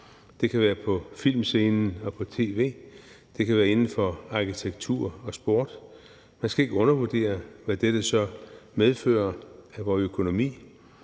Det kan være på filmscenen og på tv. Det kan være inden for arkitektur og sport. Man skal ikke undervurdere, hvad dette så medfører for vor økonomi,